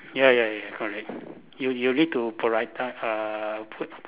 ya ya ya correct you you need to prioriti~ uh put